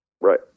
Right